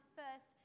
first